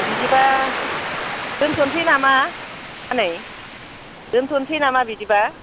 बिदिबा दोनथ'न्सै नामा आनै दोन्थ'न्सै नामा बिदिबा